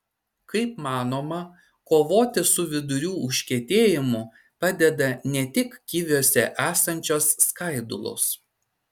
kaip manoma kovoti su vidurių užkietėjimu padeda ne tik kiviuose esančios skaidulos